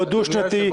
לא דו-שנתי,